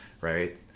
Right